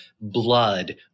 blood